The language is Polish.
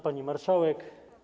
Pani Marszałek!